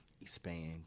expand